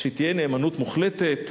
כשתהיה נאמנות מוחלטת,